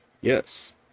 yes